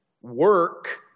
work